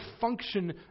function